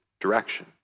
direction